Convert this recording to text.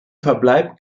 verbleib